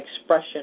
expression